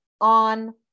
on